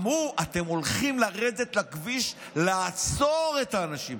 אמרו: אתם הולכים לרדת לכביש לעצור את האנשים,